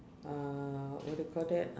uh what do you call that